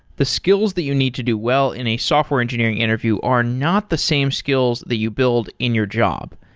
the skills that you need to do well in a software engineering interview are not the same skills that you build in your job.